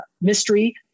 mystery